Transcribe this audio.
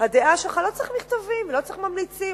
הדעה שלך, לא צריך מכתבים, לא צריך ממליצים.